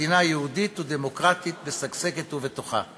כמדינה יהודית ודמוקרטית, משגשגת ובטוחה.